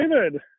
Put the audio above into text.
David